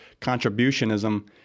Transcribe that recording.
Contributionism